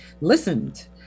listened